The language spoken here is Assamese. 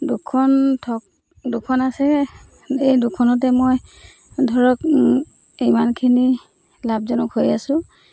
দুখন থক দুখন আছে এই দুখনতে মই ধৰক ইমানখিনি লাভজনক হৈ আছো